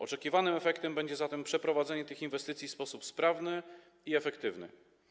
Oczekiwanym efektem będzie zatem przeprowadzenie tych inwestycji w sposób sprawny i efektywny.